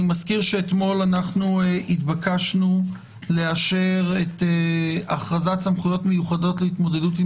אני מזכיר שאתמול התבקשנו לאשר את הכרזת סמכויות מיוחדות להתמודדות עם